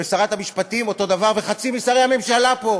ושרת המשפטים אותו דבר, וחצי משרי הממשלה פה,